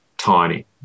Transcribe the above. tiny